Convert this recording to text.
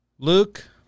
Luke